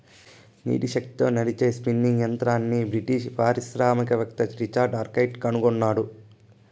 నీటి శక్తితో నడిచే స్పిన్నింగ్ యంత్రంని బ్రిటిష్ పారిశ్రామికవేత్త రిచర్డ్ ఆర్క్రైట్ కనుగొన్నాడు